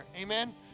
Amen